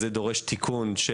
זה דורש תיקון של